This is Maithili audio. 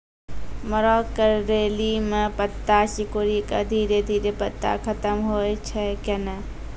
मरो करैली म पत्ता सिकुड़ी के धीरे धीरे पत्ता खत्म होय छै कैनै?